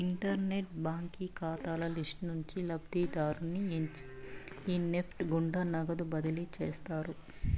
internet బాంకీ కాతాల list నుంచి లబ్ధిదారుని ఎంచి ఈ నెస్ట్ గుండా నగదు బదిలీ చేస్తారు